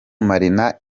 marina